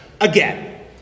again